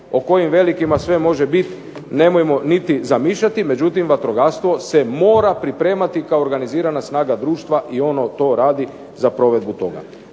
o kojim velikima može sve biti nemojmo niti zamišljati. Međutim, vatrogastvo se mora pripremati kao organizirana snaga društva i ono to radi za provedbu toga.